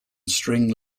string